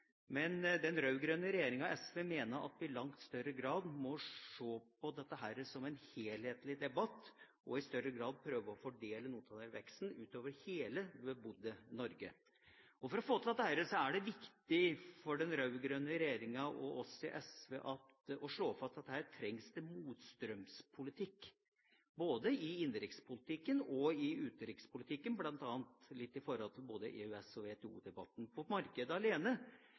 men den rød-grønne regjeringa og SV mener at vi i langt større grad må se på dette som en helhetlig debatt og i større grad prøve å fordele noe av denne veksten utover hele det bebodde Norge. For å få til det er det viktig for den rød-grønne regjeringa og oss i SV å slå fast at her trengs det en motstrømspolitikk, både i innenrikspolitikken og i utenrikspolitikken, bl.a. i forhold til EØS- og WTO-debatten, for markedet alene